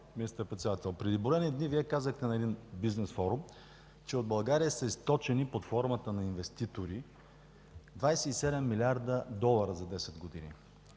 министър-председател. Преди броени дни Вие казахте на един бизнес форум, че от България са източени под формата на инвеститори 27 млрд. долара за 10 години.